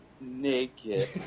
naked